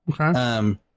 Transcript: Okay